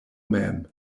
mem